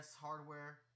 hardware